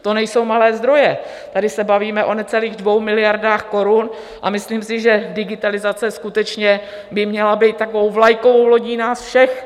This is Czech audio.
To nejsou malé zdroje, tady se bavíme o necelých 2 miliardách korun a myslím si, že digitalizace skutečně by měla být takovou vlajkovou lodí nás všech.